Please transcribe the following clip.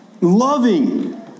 loving